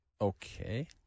Okay